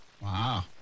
Wow